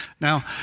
Now